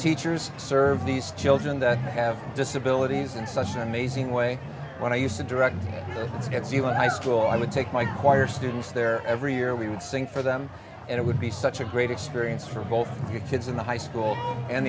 teachers serve these children that i have disabilities and such an amazing way when i used to direct hits you in high school i would take my choir students there every year we would sing for them and it would be such a great experience for both your kids in the high school and